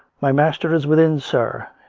my master is within, sir,